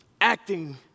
Acting